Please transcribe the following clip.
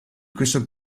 questo